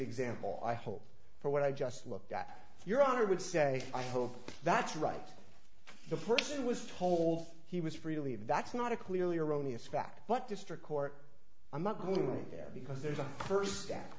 example i hope for what i just looked at your honor i would say i hope that's right the person was told he was really that's not a clearly erroneous fact but district court i'm not going there because there's a first a